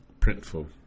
Printful